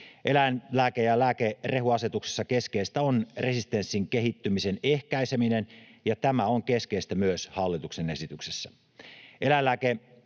Eläinlääke- ja lääkerehuasetuksessa keskeistä on resistenssin kehittymisen ehkäiseminen, ja tämä on keskeistä myös hallituksen esityksessä.